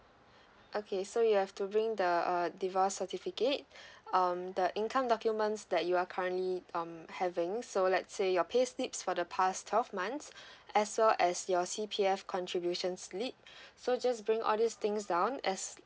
okay so you have to bring the uh divorce certificate um the income documents that you are currently um having so let's say your payslips for the past twelve months as well as your C_P_F contributions slip so just bring all these things down as